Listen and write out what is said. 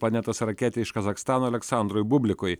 planetos raketei iš kazachstano aleksandrui bublikui